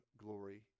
glory